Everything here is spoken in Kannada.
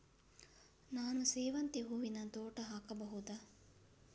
ನಾನು ಸೇವಂತಿ ಹೂವಿನ ತೋಟ ಹಾಕಬಹುದಾ?